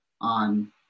on